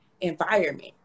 environment